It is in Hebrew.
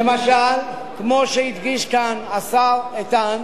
למשל, כמו שהדגיש כאן השר איתן,